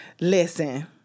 listen